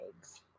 eggs